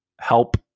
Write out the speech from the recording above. help